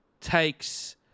takes